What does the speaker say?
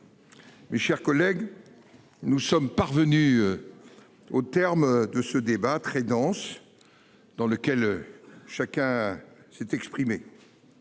Mes chers collègues. Nous sommes parvenus. Au terme de ce débat très dense. Dans lequel. Chacun s'est exprimé.